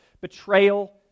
betrayal